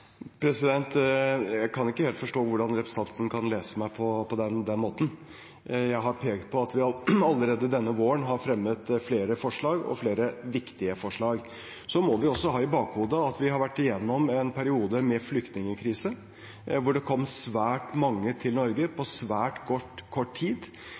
Jeg kan ikke helt forstå hvordan representanten kan lese meg på den måten. Jeg har pekt på at vi allerede denne våren har fremmet flere forslag og flere viktige forslag. Vi må også ha i bakhodet at vi har vært igjennom en periode med flyktningkrise, hvor det kom svært mange til Norge på svært kort tid.